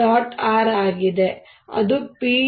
r ಆಗಿದೆ ಇದು P